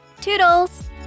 toodles